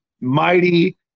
mighty